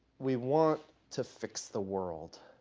we want to fix the world.